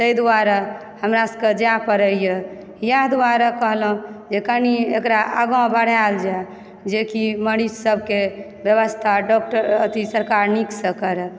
ताहि दुआरे हमरा सभके जाए पड़यए इएह दुआरे कहलहुँ जे कनि एकरा आगाँ बढ़ायल जाय जेकि मरीज सभके व्यवस्था डॉक्टर अथी सरकार नीकसँ करय